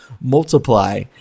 multiply